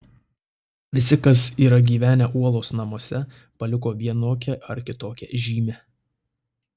visi kas yra gyvenę uolos namuose paliko vienokią ar kitokią žymę